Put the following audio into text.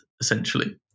essentially